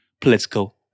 political